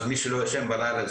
מי שלא ישן בלילה,